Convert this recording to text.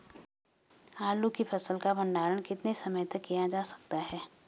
आलू की फसल का भंडारण कितने समय तक किया जा सकता है?